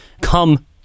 come